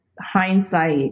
hindsight